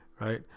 right